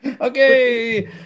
Okay